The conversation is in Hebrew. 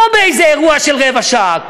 לא באיזה אירוע של רבע שעה,